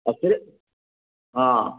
ଆଉ ଫେରେ ହଁ